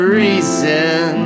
reason